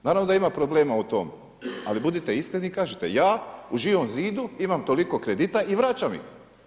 Naravno da ima problema u tome, ali budite iskreni i kažite, ja u Živom zidu imam toliko kredita i vraćam ih.